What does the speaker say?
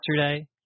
yesterday